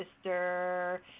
sister